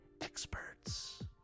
experts